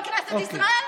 בכנסת ישראל.